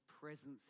presence